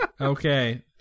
Okay